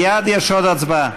מייד יש עוד הצבעה.